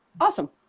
Awesome